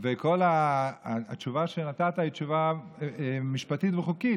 כל התשובה שנתת היא תשובה משפטית וחוקית,